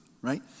right